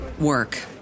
work